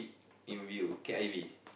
in view cat A_V